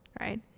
right